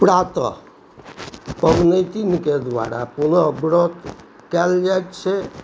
प्रातः पबनैतिनके द्वारा पुनः व्रत कएल जाइत छै